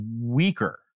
weaker